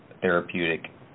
therapeutic